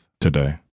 Today